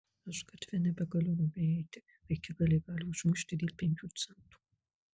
aš gatve nebegaliu ramiai eiti vaikigaliai gali užmušti dėl penkių centų